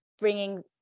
bringing